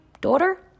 daughter